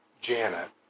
Janet